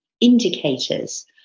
indicators